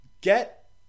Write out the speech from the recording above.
Get